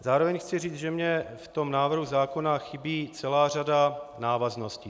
Zároveň chci říct, že mě v tom návrhu zákona chybí celá řada návazností.